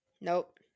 Nope